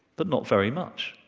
but not very much.